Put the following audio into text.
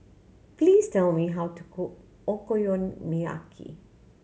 please tell me how to cook Okonomiyaki